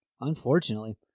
Unfortunately